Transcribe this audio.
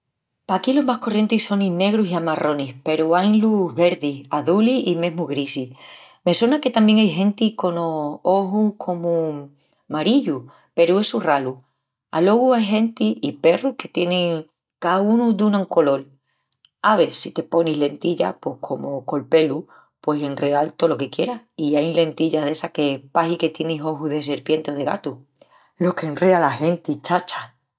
Paquí los más corrientis sonin negrus i amarronis peru ain-lus verdis, azulis i mesmu grisis. Me sona que tamién ai genti conos ojus comu marillus peru essu es ralu. Alogu ai genti, i perrus, que tienin caúnu duna colol. Ave, si te ponis lentillas pos como col pelu, pueis enreal tolo que quieras i ain lentillas d'essas que pahi que tienis ojus de serpienti o de gatu. Lo qu'enrea la genti, chacha!